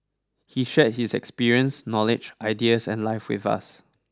he shared his experience knowledge ideas and life with us